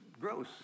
gross